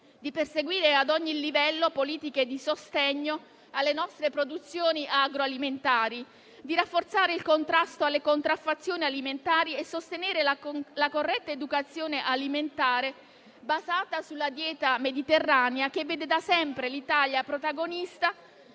di perseguire ad ogni livello politiche di sostegno alle nostre produzioni agroalimentari; di rafforzare il contrasto alle contraffazioni alimentari e sostenere la corretta educazione alimentare, basata sulla dieta mediterranea, che vede da sempre l'Italia protagonista